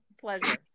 Pleasure